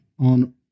on